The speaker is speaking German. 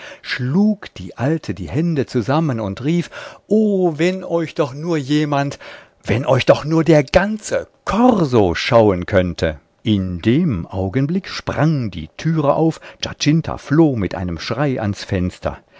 schlug die alte die hände zusammen und rief o wenn euch doch nur jemand wenn euch doch nur der ganze korso schauen könnte in dem augenblick sprang die türe auf giacinta floh mit einem schrei ans fenster